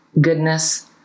goodness